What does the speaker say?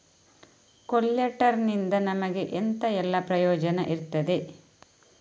ಕೊಲ್ಯಟರ್ ನಿಂದ ನಮಗೆ ಎಂತ ಎಲ್ಲಾ ಪ್ರಯೋಜನ ಇರ್ತದೆ?